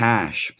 Cash